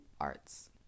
arts